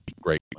great